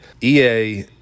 EA